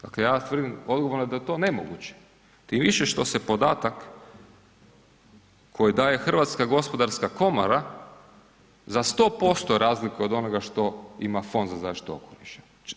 Dakle, ja tvrdim odgovorno da je to nemoguće tim više što se podatak koji daje Hrvatska gospodarska komora za 100% razlikuje od onoga što ima Fond za zaštitu okoliša.